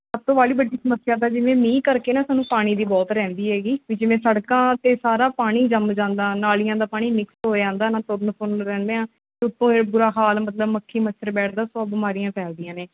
ਸਭ ਤੋਂ ਬਾਹਲੀ ਵੱਡੀ ਸਮੱਸਿਆ ਤਾਂ ਜਿਵੇਂ ਮੀਂਹ ਕਰਕੇ ਨਾ ਸਾਨੂੰ ਪਾਣੀ ਦੀ ਬਹੁਤ ਰਹਿੰਦੀ ਹੈਗੀ ਵੀ ਜਿਵੇਂ ਸੜਕਾਂ 'ਤੇ ਸਾਰਾ ਪਾਣੀ ਜੰਮ ਜਾਂਦਾ ਨਾਲੀਆਂ ਦਾ ਪਾਣੀ ਮਿਕਸ ਹੋ ਜਾਂਦਾ ਨਾ ਤੁਰਨ ਫਿਰਨ ਰਹਿੰਦੇ ਹਾਂ ਟੋਏ ਬੁਰਾ ਹਾਲ ਮਤਲਬ ਮੱਖੀ ਮੱਛਰ ਬੈਠਦਾ ਸੌ ਬਿਮਾਰੀਆਂ ਫੈਲਦੀਆਂ ਨੇ